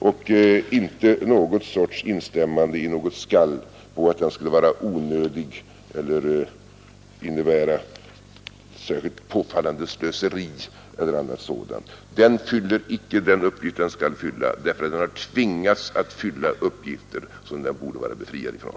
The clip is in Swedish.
Det är inte ett instämmande i något skall om att socialhjälpen skulle vara onödig eller innebära ett särskilt påfallande slöseri. Socialhjälpen fyller inte den uppgift den skall fylla, därför att den tvingats fylla uppgifter som den borde vara befriad ifrån.